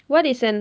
what is an